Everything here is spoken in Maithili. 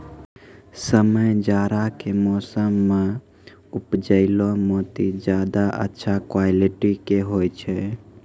समय जाड़ा के मौसम मॅ उपजैलो मोती ज्यादा अच्छा क्वालिटी के होय छै